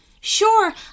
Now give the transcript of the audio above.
Sure